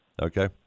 Okay